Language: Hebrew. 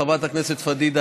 חברת הכנסת פדידה,